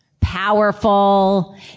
powerful